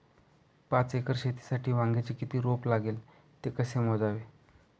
पाच एकर शेतीसाठी वांग्याचे किती रोप लागेल? ते कसे मोजावे?